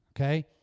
okay